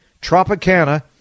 Tropicana